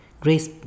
Grace